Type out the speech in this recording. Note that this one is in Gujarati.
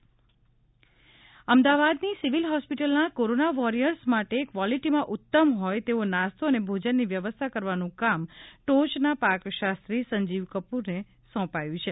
અમદાવાદ સિવિલ સંજીવ કપૂર અમદાવાદની સિવિલ હોસ્પિટલના કોરોના વોરિયર્સ માટે ક્વોલિટીમાં ઉત્તમ હોય તેવો નાસ્તો અને ભોજનની વ્યવસ્થા કરવાનું કામ ટોચના પાકશાસ્ત્રી સંજીવ કપૂરને સોંપાયું છે